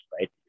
right